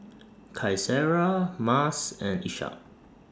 Qaisara Mas and Ishak